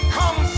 come